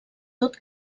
tot